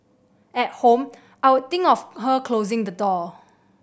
at home I'd think of her closing the door